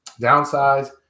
downsize